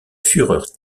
fureur